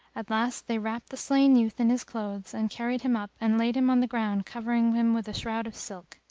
at last they wrapped the slain youth in his clothes and carried him up and laid him on the ground covering him with a shroud of silk.